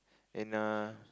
and a